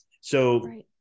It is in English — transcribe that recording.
So-